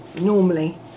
normally